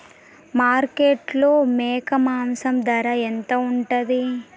మార్కెట్లో మేక మాంసం ధర ఎంత ఉంటది?